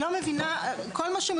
היא לא אומרת --- דבר ראשון,